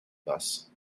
bus